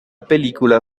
película